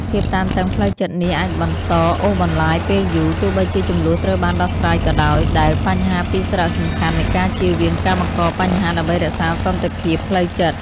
ភាពតានតឹងផ្លូវចិត្តនេះអាចបន្តអូសបន្លាយពេលយូរ ទោះបីជាជម្លោះត្រូវបានដោះស្រាយក៏ដោយ ដែលបង្ហាញពីសារៈសំខាន់នៃការជៀសវាងការបង្កបញ្ហាដើម្បីរក្សាសន្តិភាពផ្លូវចិត្ត។